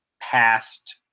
past